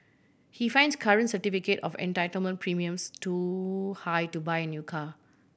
he finds current certificate of entitlement premiums too high to buy a new car